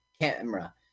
camera